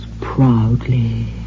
proudly